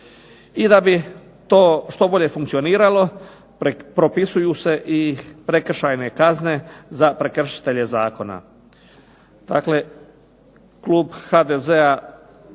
I da bi to što bolje funkcioniralo propisuju se i prekršajne kazne za prekršitelje zakona.